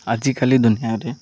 ଆଜିକାଲି ଦୁନିଆରେ